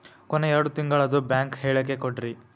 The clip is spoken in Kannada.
ಕೊನೆ ಎರಡು ತಿಂಗಳದು ಬ್ಯಾಂಕ್ ಹೇಳಕಿ ಕೊಡ್ರಿ